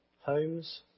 homes